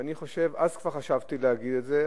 אז כבר חשבתי להגיד את זה,